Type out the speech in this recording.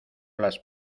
las